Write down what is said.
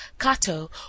cato